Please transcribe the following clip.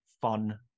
fun